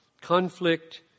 conflict